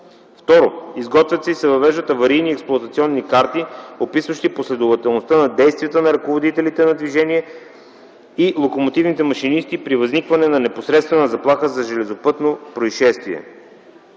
Второ, изготвят се и се въвеждат аварийни експлоатационни карти описващи последователността на действията на ръководителите на движение и локомотивните машинисти при възникване на непосредствена заплаха за железопътно произшествие.